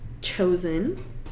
chosen